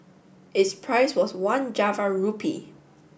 its price was one Java rupee